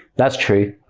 that's true.